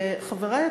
חברי,